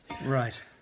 Right